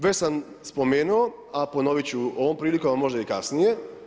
Već sam spomenuo, a ponovit ću ovom prilikom, možda i kasnije.